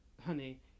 honey